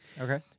Okay